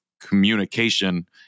communication